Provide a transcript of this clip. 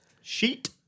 Sheet